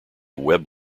webb